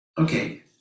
Okay